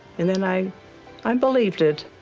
and then i um believed it.